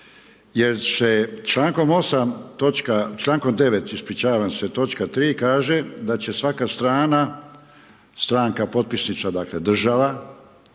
jer se čl. 9. točka 3 kaže da će svaka strana, stranka, potpisnica, dakle, država,